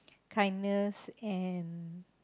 kindness and